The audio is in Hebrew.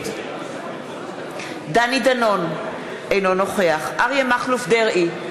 נגד דני דנון, אינו נוכח אריה מכלוף דרעי,